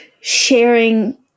sharing